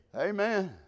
Amen